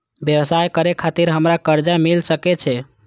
व्यवसाय करे खातिर हमरा कर्जा मिल सके छे?